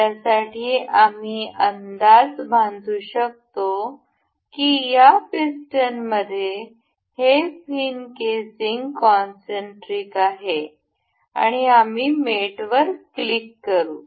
यासाठी आम्ही अंदाज बांधू शकतो की या पिस्टनमध्ये हे फीन केसिंग कॉन्सन्ट्ट्रिक आहे आणि आम्ही मेटवर क्लिक करू